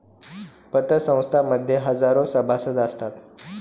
पतसंस्थां मध्ये हजारो सभासद असतात